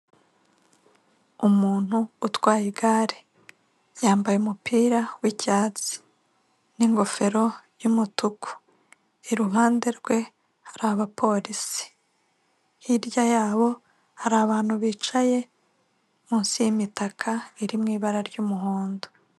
Umuntu utwaye igare yambaye umupira w'icyatsi n'ingofero y'umutuku, iruhande rwe hari abapolisi, hirya yabo hari abantu bicaye munsi y'imitaka iri mu ibara ry'umuhondo.